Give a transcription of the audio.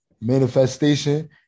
Manifestation